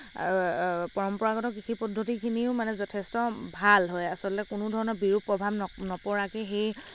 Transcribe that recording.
পৰম্পৰাগত কৃষি পদ্ধতিখিনিও মানে যথেষ্ট ভাল হয় আচলতে কোনো ধৰণৰ বিৰূপ প্ৰভাৱ নপৰাকেই সেই